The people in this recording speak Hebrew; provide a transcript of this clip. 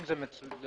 30 גג.